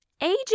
Aging